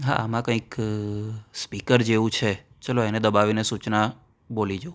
હા આમાં કંઈક સ્પીકર જેવું છે ચલો એને દબાવીને સૂચના બોલી જોવું